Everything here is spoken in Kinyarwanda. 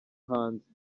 hanze